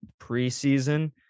preseason